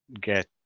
get